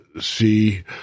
see